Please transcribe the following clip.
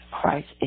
Christ